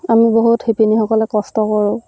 আমি বহুত শিপিনীসকলে কষ্ট কৰোঁ